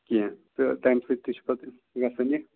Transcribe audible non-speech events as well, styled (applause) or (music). کیٚنہہ تہٕ تَمہِ سۭتۍ تہِ چھُ پَتہٕ (unintelligible) گژھن یہِ